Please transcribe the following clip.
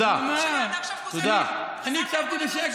לבוא ולהאשים